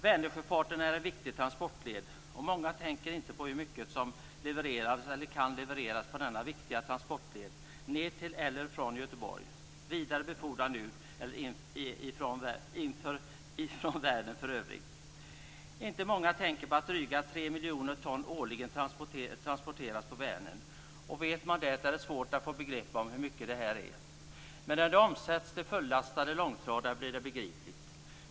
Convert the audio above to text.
Vänersjöfarten är en viktig transportled, och många tänker inte på hur mycket som levereras eller kan levereras på denna viktiga transportled ned till eller från Göteborg för vidare befordran ut eller från världen i övrigt. Inte många tänker på att drygt 3 miljoner ton årligen transporteras på Vänern. Om man vet det är det svårt att få ett begrepp om hur mycket det är, men om det omsätts till fullastade långtradare blir det begripligt.